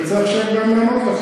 אני רוצה עכשיו גם לענות.